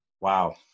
wow